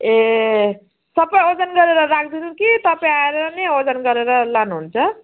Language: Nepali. ए सबै ओजन गरेर राखिदिनु कि तपाईँ आएर नै ओजन गरेर लानुहुन्छ